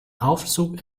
aufzug